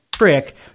trick